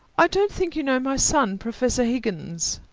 i don't think you know my son, professor higgins.